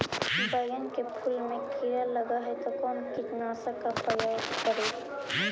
बैगन के फुल मे कीड़ा लगल है तो कौन कीटनाशक के प्रयोग करि?